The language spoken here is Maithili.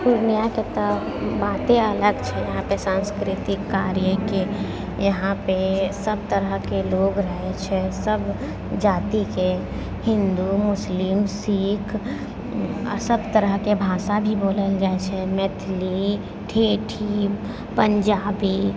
पूर्णियाके तऽ बाते अलग छै यहाँके साँस्कृतिक कार्यके यहाँपर सब तरहके लोक रहै छै सब जातिके हिन्दू मुस्लिम सिख सब तरहके भाषा भी बोलल जाइ छै मैथिली ठेठी पञ्जाबी